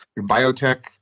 biotech